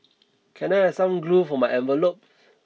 can I have some glue for my envelopes